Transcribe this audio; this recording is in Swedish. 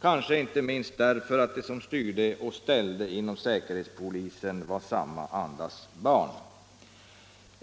kanske inte minst därför att de som styrde och ställde inom säkerhetspolisen var samma andas barn.